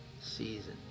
season